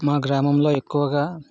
మా గ్రామంలో ఎక్కువగా